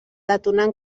detonant